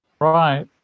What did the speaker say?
Right